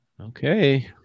Okay